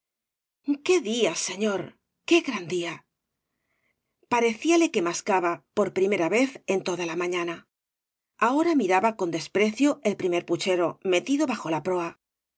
iqué día señor qué gran día parecíale que mascaba por primera vez en toda la mañana ahora miraba con desprecio el primer puchero metido bajo la proa